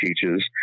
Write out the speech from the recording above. teaches